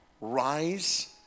Rise